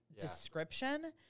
description